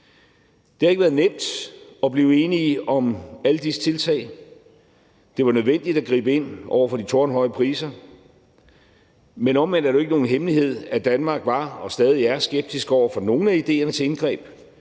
Det har ikke været nemt at blive enige om alle disse tiltag. Det var nødvendigt at gribe ind over for de tårnhøje priser. Men omvendt er det ikke nogen hemmelighed, at Danmark var og stadig er skeptisk over for nogle af idéerne til indgreb.